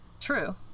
True